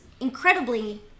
incredibly